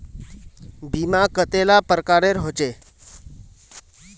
बीमा कतेला प्रकारेर होचे?